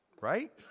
right